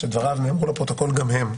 שדבריו נאמרו לפרוטוקול גם הם,